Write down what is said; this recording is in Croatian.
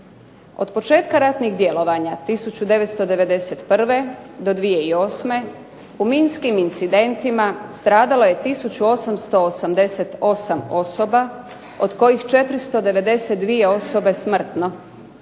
Od početka ratnih djelovanja 1991. do 2008. u minskim incidentima stradalo je tisuću 888 osoba, od kojih 492 smrtno,